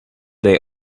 they